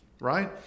right